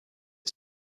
his